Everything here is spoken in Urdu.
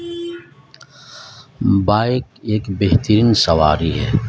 بائک ایک بہترین سواری ہے